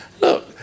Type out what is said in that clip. Look